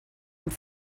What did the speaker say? und